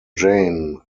jane